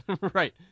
right